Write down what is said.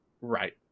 Right